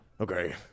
Okay